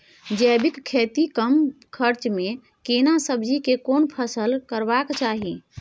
जैविक खेती कम खर्च में केना सब्जी के कोन फसल करबाक चाही?